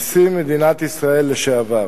נשיא מדינת ישראל לשעבר.